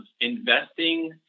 investing